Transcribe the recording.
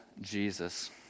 Jesus